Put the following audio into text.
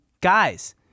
guys